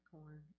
corn